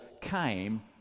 came